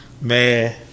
man